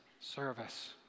service